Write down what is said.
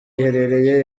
iherereye